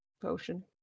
potion